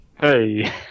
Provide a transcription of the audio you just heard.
Hey